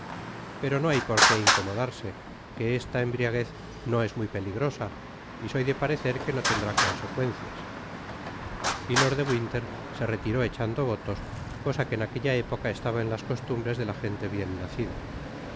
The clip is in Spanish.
pero no hay porqué incomodarse que esta embriaguez no es muy peligrosa y soy de parecer que no tendrá consecuencias y lord de winter se retiró echando votos cosa que en aquella época estaba en las costumbres de la gente bien nacida